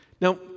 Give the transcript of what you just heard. Now